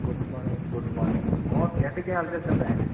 good morning good morning और कैसे क्या हाल चाल चल रहे हैं